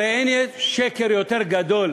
הרי אין שקר יותר גדול,